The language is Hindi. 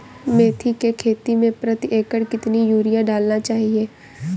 मेथी के खेती में प्रति एकड़ कितनी यूरिया डालना चाहिए?